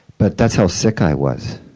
but that's how sick i was.